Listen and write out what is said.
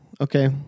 Okay